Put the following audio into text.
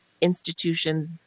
institutions